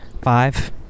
Five